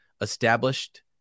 established